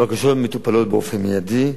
הבקשות מטופלות באופן מיידי.